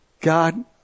God